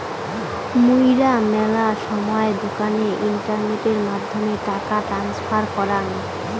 মুইরা মেলা সময় দোকানে ইন্টারনেটের মাধ্যমে টাকা ট্রান্সফার করাং